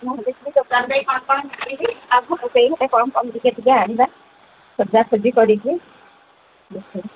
ହଁ କିଛି ଦୋକାନରେ କ'ଣ କ'ଣ ବକିବି ଆଉ ସେଇ ଘରେ କ'ଣ କ'ଣ ଟିକେ ଟିକେ ଆଣିବା ଖୋଜାଖୋଜି କରିକି